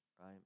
right